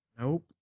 Nope